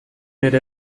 ere